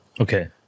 Okay